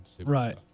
Right